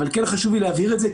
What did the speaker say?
אבל כן חשוב לי להבהיר את זה,